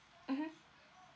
mmhmm